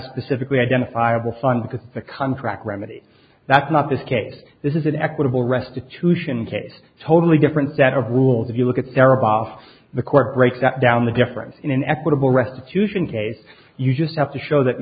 specifically identifiable fund because the contract remedy that's not this case this is an equitable restitution case totally different set of rules if you look at their off the court break that down the difference in an equitable restitution case you just have to show that